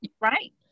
right